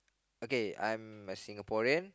okay I'm a Singaporean